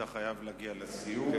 אתה חייב להגיע לסיום.